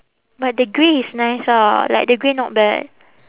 but the grey is nice ah like the grey not bad